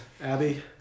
Abby